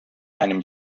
einem